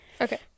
okay